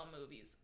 movies